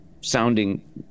sounding